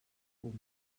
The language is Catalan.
fum